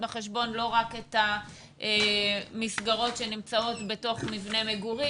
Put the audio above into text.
בחשבון לא רק את המסגרות שנמצאות בתוך מבנה מגורים.